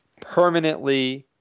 permanently